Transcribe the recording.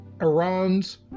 Iran's